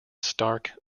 stark